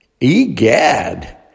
Egad